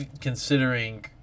considering